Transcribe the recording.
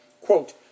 quote